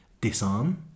disarm